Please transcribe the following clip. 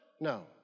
No